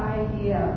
idea